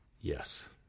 Yes